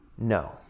No